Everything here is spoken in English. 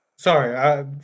Sorry